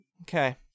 Okay